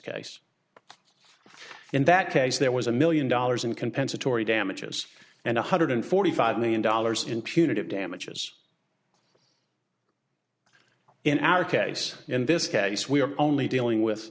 case in that case there was a million dollars in compensatory damages and one hundred forty five million dollars in punitive damages in our case in this case we are only dealing with